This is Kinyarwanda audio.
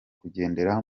kugendera